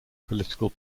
political